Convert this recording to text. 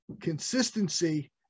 consistency